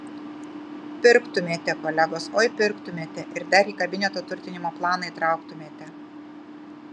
pirktumėte kolegos oi pirktumėte ir dar į kabineto turtinimo planą įtrauktumėte